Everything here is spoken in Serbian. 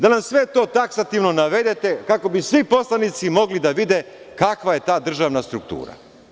Da nam sve to taksativno navedete, kako bi svi poslanici mogli da vide kakva je ta državna struktura.